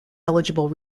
eligible